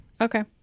Okay